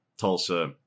Tulsa